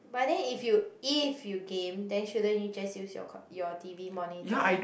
but then if you if you game then shouldn't you just use your your T_V monitor